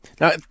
now